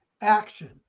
action